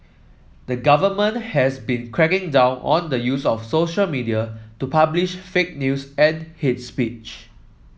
the government has been cracking down on the use of social media to publish fake news and hate speech